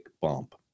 bump